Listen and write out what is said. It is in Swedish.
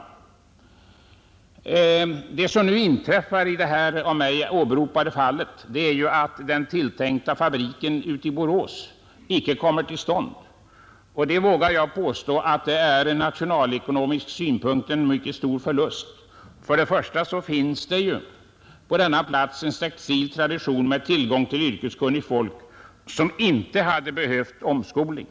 Vad som kommer att inträffa i det av mig åberopade fallet är att den tilltänkta fabriken i Borås icke kommer till stånd, och jag vågar påstå att detta ur nationalekonomisk synpunkt är en mycket stor förlust. Först och främst finns det ju på platsen i fråga en textil tradition och tillgång till yrkeskunnigt folk, som inte hade behövt omskolning.